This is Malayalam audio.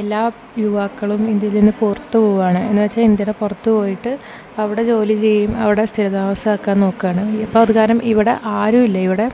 എല്ലാ യുവാക്കളും ഇന്ത്യയിൽ നിന്ന് പുറത്ത് പോവാണ് എന്ന് വച്ചാൽ ഇന്ത്യയുടെ പുറത്ത് പോയിട്ട് അവിടെ ജോലി ചെയ്യും അവിടെ സ്ഥിര താമസമാക്കാൻ നോക്കുകയാണ് അപ്പം അതു കാരണം ഇവിടെ ആരും ഇല്ല ഇവിടെ